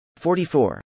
44